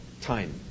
time